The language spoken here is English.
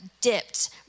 dipped